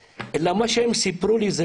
האם לא יוכלו לדבר עכשיו, להעלות את הבעיה?